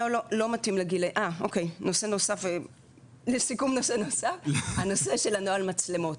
הנוהל לא מתאים -- נושא נוסף הוא נוהל המצלמות.